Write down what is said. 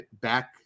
back